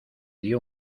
dió